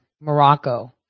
Morocco